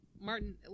Martin